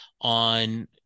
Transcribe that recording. on